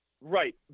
Right